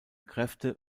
kräfte